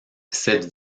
cette